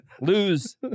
lose